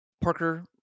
parker